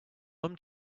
mom